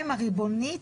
הריבונית,